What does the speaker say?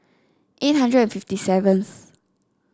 eight hundred and fifty seventh